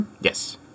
Yes